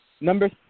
Number